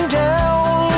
down